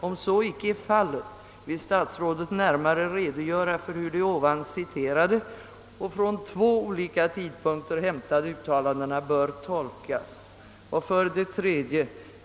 Om så icke är fallet, vill statsrådet närmare redogöra för hur de ovan citerade, från två olika tidpunkter hämtade uttalandena bör tolkas? 3.